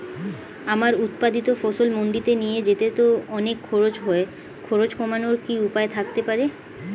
আমার উৎপাদিত ফসল মান্ডিতে নিয়ে যেতে তো অনেক খরচ হয় খরচ কমানোর কি উপায় থাকতে পারে?